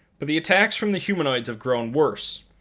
but the attacks from the humanoids have grown worse